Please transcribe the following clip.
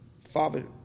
father